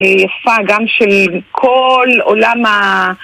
זה יפה גם של כל עולם ה...